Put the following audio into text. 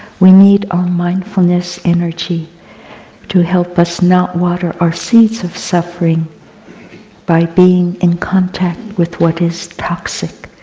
we need our mindfulness energy to help us not water our seeds of suffering by being in contact with what is toxic.